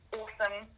awesome